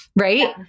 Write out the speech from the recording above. Right